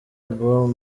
ball